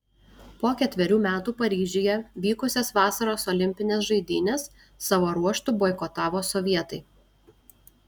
po ketverių metų paryžiuje vykusias vasaros olimpines žaidynes savo ruožtu boikotavo sovietai